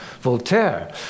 Voltaire